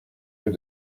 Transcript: que